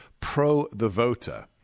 pro-the-voter